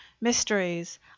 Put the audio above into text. mysteries